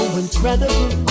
incredible